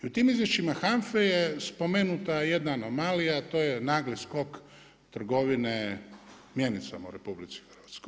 I u tim izvještajima HANFA-e je spomenuta jedna anomalija, a to je nagli skok trgovine mjenicama u RH.